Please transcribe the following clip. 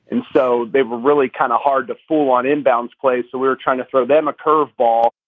and so they were really kind of hard to fall on inbounds play. so we were trying to throw them a curve ball.